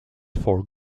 for